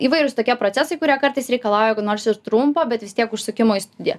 įvairūs tokie procesai kurie kartais reikalauja nors ir trumpo bet vis tiek užsukimo į studiją